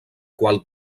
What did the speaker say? qual